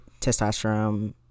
testosterone